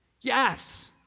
Yes